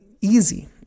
easy